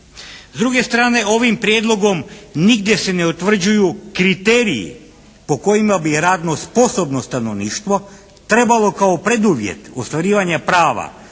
S druge strane ovim prijedlogom nigdje se ne utvrđuju kriteriji po kojima bi radno sposobno stanovništvo trebalo kao preduvjet ostvarivanja prava